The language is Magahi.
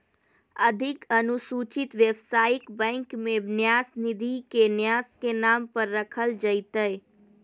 अधिक अनुसूचित व्यवसायिक बैंक में न्यास निधि के न्यास के नाम पर रखल जयतय